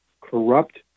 corrupt